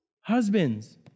husbands